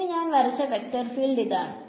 ഇനി ഞാൻ വരച്ച വെക്ടർ ഫീൽഡ് ഇതാണ്